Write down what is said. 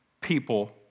people